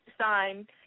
sign